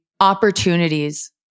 opportunities